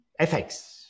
FX